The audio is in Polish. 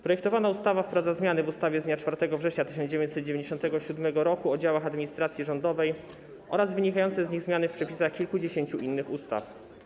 Projektowana ustawa wprowadza zmiany w ustawie z dnia 4 września 1997 r. o działach administracji rządowej oraz wynikające z niej zmiany w przepisach kilkudziesięciu innych ustaw.